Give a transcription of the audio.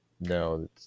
no